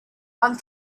one